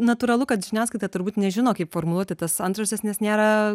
natūralu kad žiniasklaida turbūt nežino kaip formuluoti tas antraštes nes nėra